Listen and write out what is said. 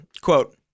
Quote